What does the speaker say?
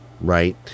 right